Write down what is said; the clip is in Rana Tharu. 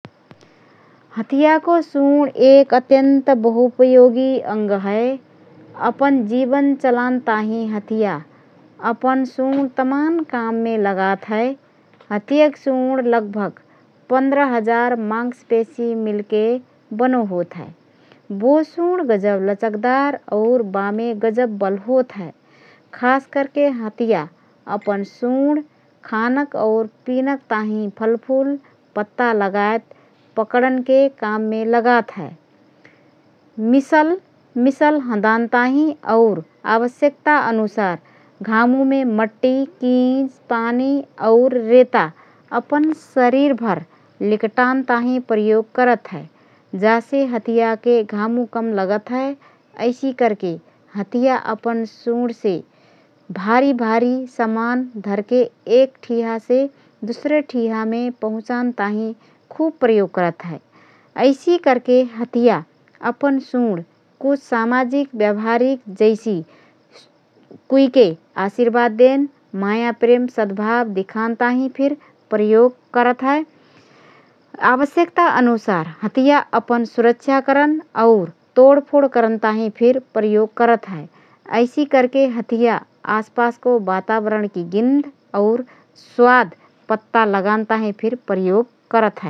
हथियाको सुँड एक अत्यन्त बहुउपयोगी अंग हए । अपन जीवन चलान ताहिँ हथिया अपन सुँड तमान काममे लगात हए । हथियक सुँड लगभग १५,००० मांसपेशी मिलके बनो होतहए । बो सुँड गजब लचकदार और बामे गजब बल होतहए । खास करके हथिया अपन सुँड खानक और पिनक ताहिँ फलफुल, पत्ता लगायत पकडनके काममे लगात हए । मिसल मिसल हँदान ताहिँ और आवश्यकता अनुसार घामुमे मट्टी, किंच, पानी और रेता अपन शरीर भर लिकटान ताहिँ प्रयोग करत हए । जासे हथियाके घामु कम लगत हए । ऐसि करके हथिया अपन सुँडमे भारी भारी समान धरके एक ठिहासे दुसरे ठिहामे पहुँचान ताहिँ खुब प्रयोग करत हए । ऐसि करके हथिया अपन सुँड कुछ सामाजिक व्यवहार जैसि: कुइके आशिर्वाद देन, मायाप्रेम सद्भाव दिखान ताहिँ फिर प्रयोग करत हए । आवश्यकता अनुसार हथिया अपन सुरक्षा करन और तोड़फोड करन ताहिँ फिर प्रयोग करत हए । ऐसि करके हथिया आसपासको वातावरणकी गिन्ध और स्वाद पता लगान फिर प्रयोग करत हए ।